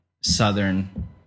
southern